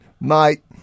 mate